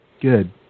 Good